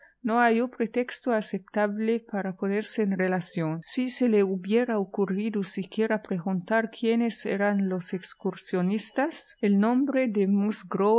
no halló pretexto aceptable para ponerse en relación si se le hubiera ocurrido siquiera preguntar quiénes eran los excursionistas el nombre de